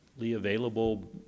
available